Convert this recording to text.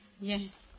Yes